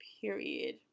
period